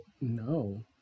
no